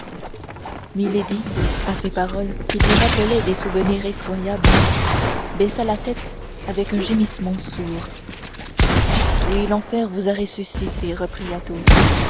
ressuscitée milady à ces paroles qui lui rappelaient des souvenirs effroyables baissa la tête avec un gémissement sourd oui l'enfer vous a ressuscitée reprit athos